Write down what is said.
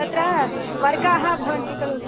तत्रा वर्गाः भवन्ति खलु